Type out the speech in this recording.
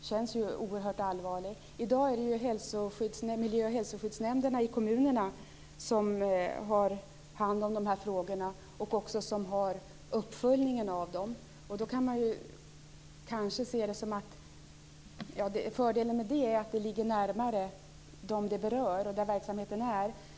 känns oerhört allvarlig. I dag är det miljö och hälsoskyddsnämnderna i kommunerna som har hand om frågorna och som följer upp dem. Fördelen med detta är att frågorna kommer närmare dem de berör och där verksamheten finns.